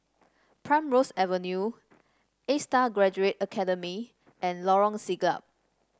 Primrose Avenue A Star Graduate Academy and Lorong Siglap